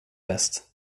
bäst